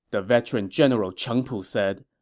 the veteran general cheng pu said,